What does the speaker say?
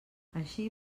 així